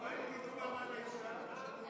למה ועדת הכנסת?